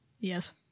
Yes